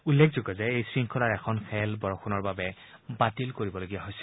উল্লেখযোগ্য যে এই শংখলাৰ এখন বৰষুণৰ বাবে বাতিল কৰিবলগীয়া হৈছিল